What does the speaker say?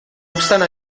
obstant